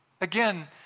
Again